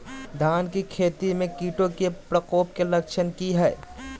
धान की खेती में कीटों के प्रकोप के लक्षण कि हैय?